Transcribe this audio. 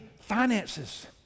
finances